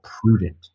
prudent